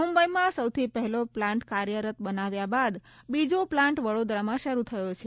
મુંબઇમાં સૌથી પહેલો પ્લાન્ટ કાર્યરત બનાવ્યા બાદ બીજો પ્લાન્ટ વડોદરામાં શરૂ થયો છે